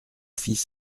fils